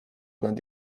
nad